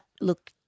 Look –